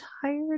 tired